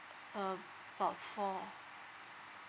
about four